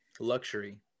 Luxury